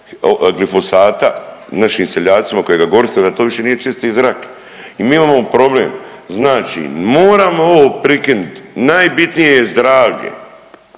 glifosata našim seljacima koji ga koriste da to više nije čisti zrak. I imamo problem. Znači moramo ovo prikinit. Najbitnije je zdravlje.